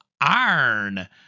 iron